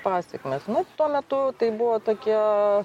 pasekmes nu tuo metu tai buvo tokie